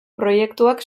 proiektuak